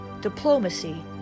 diplomacy